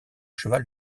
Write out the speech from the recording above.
cheval